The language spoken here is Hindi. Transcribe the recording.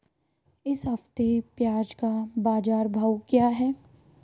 इस हफ्ते प्याज़ का बाज़ार भाव क्या है?